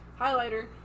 Highlighter